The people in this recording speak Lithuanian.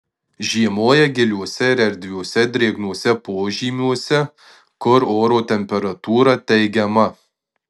žiemoja giliuose ir erdviuose drėgnuose požymiuose kur oro temperatūra teigiama